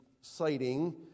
citing